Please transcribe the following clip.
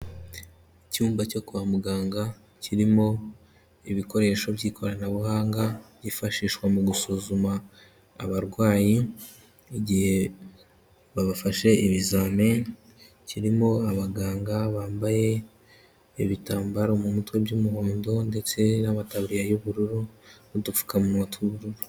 Icyumba cyo kwa muganga kirimo ibikoresho by'ikoranabuhanga byifashishwa mu gusuzuma abarwayi, igihe babafashe ibizami, kirimo abaganga bambaye ibitambaro mu mutwe by'umuhondo ndetse n'amataburiya y'ubururu n'udupfukamunwa tw'ubururu.